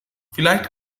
vielleicht